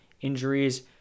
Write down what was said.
injuries